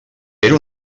era